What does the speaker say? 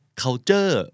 culture